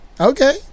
Okay